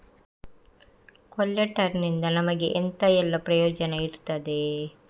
ಕೊಲ್ಯಟರ್ ನಿಂದ ನಮಗೆ ಎಂತ ಎಲ್ಲಾ ಪ್ರಯೋಜನ ಇರ್ತದೆ?